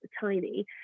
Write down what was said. tiny